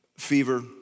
Fever